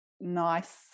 nice